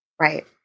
Right